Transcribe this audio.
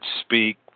speak